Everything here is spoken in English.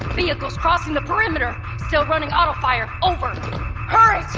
vehicles crossing the perimeter! still running auto fire, over hurry,